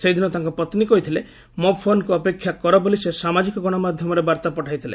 ସେହିଦିନ ତାଙ୍କ ପତ୍ନୀ କହିଥିଲେ ମୋ ଫୋନକୁ ଅପେକ୍ଷା କର ବୋଲି ସେ ସାମାଜିକ ଗଣମାଧ୍ୟମରେ ବାର୍ତ୍ତା ପଠାଇଥିଲେ